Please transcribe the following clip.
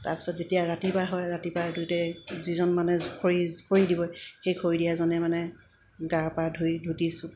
তাৰপিছত যেতিয়া ৰাতিপুৱা হয় ৰাতিপুৱা দুইতে যিজন মানে খৰি খৰি দিব সেই খৰি দিয়াজনে মানে গা পা ধুই ধুতিছোঁ